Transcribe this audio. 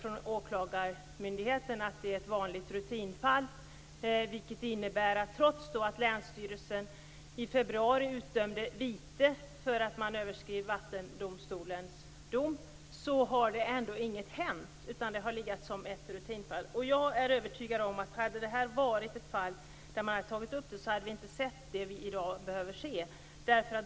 Från åklagarmyndigheten säger man att detta är ett vanligt rutinfall. Det innebär att trots att länsstyrelsen i februari utdömde vite för att man överskred Vattendomstolens dom har ingenting hänt. Detta har legat som ett rutinfall. Jag är övertygad om att om detta varit ett fall som man tagit upp hade vi inte behövt se det vi ser i dag.